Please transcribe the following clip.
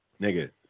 Nigga